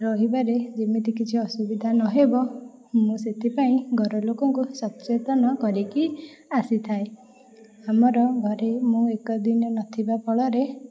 ରହିବାରେ ଯେମିତି କିଛି ଅସୁବିଧା ନହେବ ମୁଁ ସେଥିପାଇଁ ଘର ଲୋକଙ୍କୁ ସଚେତନ କରିକି ଆସିଥାଏ ଆମର ଘରେ ମୁଁ ଏକ ଦିନ ନଥିବା ଫଳରେ